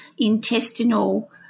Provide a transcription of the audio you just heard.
intestinal